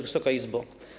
Wysoka Izbo!